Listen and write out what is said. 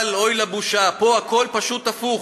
אבל אוי לבושה, פה הכול פשוט הפוך: